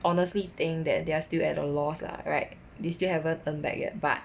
honestly think that they are still at a loss lah right they still haven't earn back but